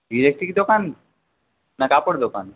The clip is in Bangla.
ইলেকট্রিক দোকান না কাপড় দোকান